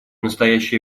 настоящее